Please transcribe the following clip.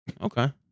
okay